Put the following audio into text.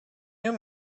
you